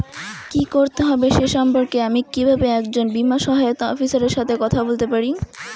কী করতে হবে সে সম্পর্কে আমি কীভাবে একজন বীমা সহায়তা অফিসারের সাথে কথা বলতে পারি?